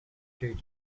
did